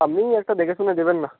আপনি একটা দেখে শুনে দেবেন না